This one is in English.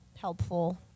helpful